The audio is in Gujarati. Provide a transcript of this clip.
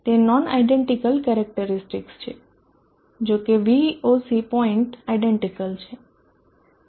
તે નોન આયડેન્ટીકલ કેરેક્ટરીસ્ટિકસ છે જો કે VOC પોઇન્ટ આયડેન્ટીકલ છે